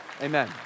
Amen